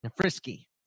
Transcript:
Frisky